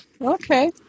okay